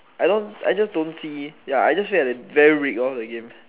I don't I just don't see ya I just felt like very ripped off the game